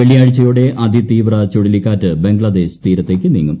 വെള്ളിയാഴ്ചയോടെ അതിതീവ്ര ചുഴലിക്കാറ്റ് ബംഗ്ലാദേശ് തീരത്തേക്ക് നീങ്ങും